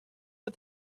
but